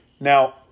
Now